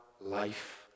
life